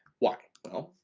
why? well,